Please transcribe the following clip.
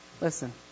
Listen